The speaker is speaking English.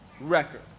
record